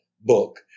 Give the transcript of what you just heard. book